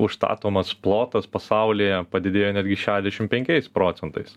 užstatomas plotas pasaulyje padidėjo netgi šešdešim penkiais procentais